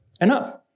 enough